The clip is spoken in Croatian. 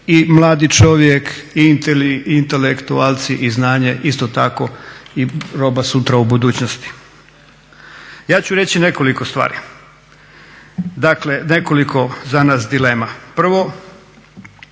i mladi čovjek i intelektualci i znanje isto tako i roba sutra u budućnosti. Ja ću reći nekoliko stvari, dakle nekoliko za nas dilema. Prvo,